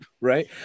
Right